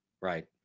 right